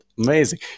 amazing